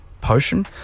potion